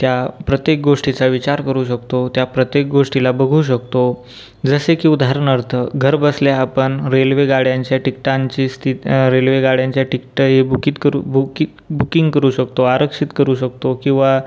त्या प्रत्येक गोष्टीचा विचार करू शकतो त्या प्रत्येक गोष्टीला बघू शकतो जसे की उदारणार्थ घरबसल्या आपण रेल्वेगाड्यांच्या तिकिटांची स्तिथ रेल्वेगाड्यांच्या तिकिट ही बुकित करू बुकि बुकिंग करू शकतो आरक्षित करू शकतो किंवा